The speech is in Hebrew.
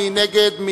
מי נגד?